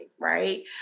Right